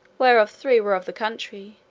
whereof three were of the country,